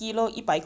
mm